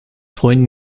freund